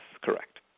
correct